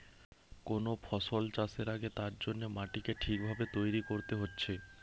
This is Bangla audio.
কোন ফসল চাষের আগে তার জন্যে মাটিকে ঠিক ভাবে তৈরী কোরতে হচ্ছে